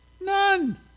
none